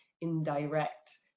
indirect